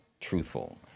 truthful